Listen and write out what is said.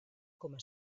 coma